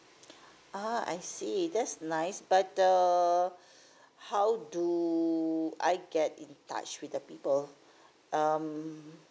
ah I see that's nice but err how do I get in touch with the people um